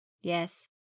Yes